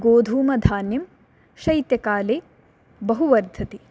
गोधूमधान्यं शैत्यकाले बहु वर्धते